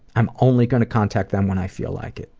i'm only gonna contact them when i feel like it.